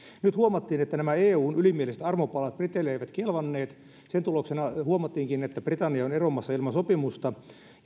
nyt huomattiin että nämä eun ylimieliset armopalat briteille eivät kelvanneet sen tuloksena huomattiinkin että britannia on eroamassa ilman sopimusta